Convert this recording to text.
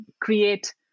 create